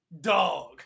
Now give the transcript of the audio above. dog